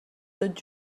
tot